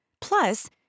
Plus